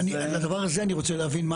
לדבר הזה אני רוצה להבין,